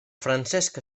francesc